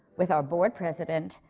with our board president,